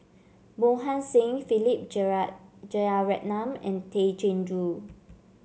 Mohan Singh Philip Jeyaretnam and Tay Chin Joo